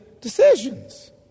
decisions